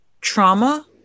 trauma